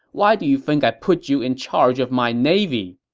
why do you think i put you in charge of my navy!